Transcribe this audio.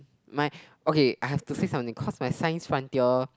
my okay I have to say something cause my science frontier they all